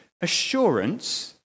assurance